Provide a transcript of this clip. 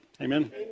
Amen